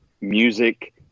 music